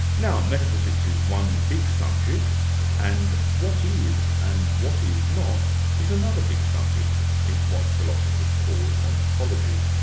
now, metaphysics is one big subject and what is and what is not, is another big subject it's what philosophers call ontology.